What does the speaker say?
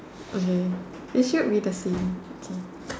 okay it should be the same okay